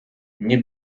nie